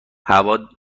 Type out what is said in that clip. هوا